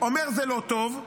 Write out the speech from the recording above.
אומר: זה לא טוב,